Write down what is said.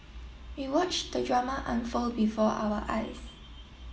we watched the drama unfold before our eyes